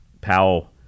Powell